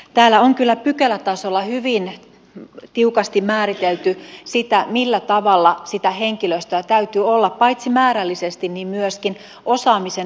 täällä on kyllä pykälätasolla hyvin tiukasti määritelty sitä millä tavalla sitä henkilöstöä täytyy olla paitsi määrällisesti niin myöskin osaamisen näkökulmasta